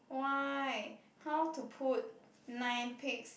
why how to put nine pigs